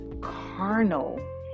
carnal